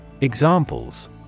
Examples